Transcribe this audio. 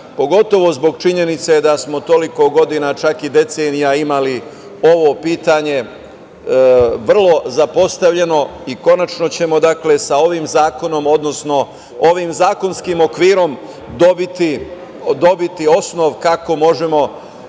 pogotovo zbog činjenice da smo toliko godina, čak i decenija imali ovo pitanje, vrlo zapostavljeno i konačno ćemo, dakle sa ovim zakonom, odnosno ovim zakonskim okvirom, dobiti osnov kako možemo